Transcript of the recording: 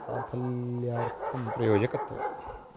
साफल्यार्थं प्रयोजकत्वम्